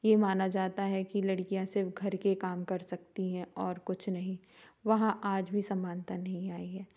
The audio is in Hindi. ये माना जाता है कि लड़कियां सिर्फ घर के काम कर सकती हैं और कुछ नहीं वहाँ आज भी समानता नहीं आई है